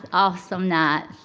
awesome night.